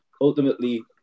ultimately